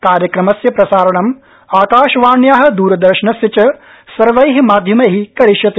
कार्यक्रमस्य प्रसारणम् आकाशवाण्या दूरदर्शनस्य च सर्वै माध्यमै करिष्यते